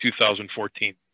2014